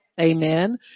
Amen